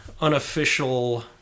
unofficial